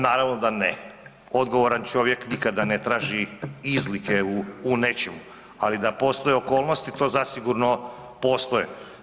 Naravno da ne, odgovoran čovjek nikada ne traži izlike u, u nečemu, ali da postoje okolnosti to zasigurno postoje.